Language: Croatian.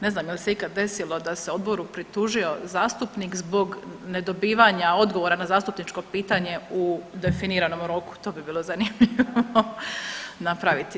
Ne znam je li se ikad desilo da se Odboru pritužio zastupnik zbog nedobivanja odgovora na zastupničko pitanje u definiranom roku, to bi bilo zanimljivo napraviti.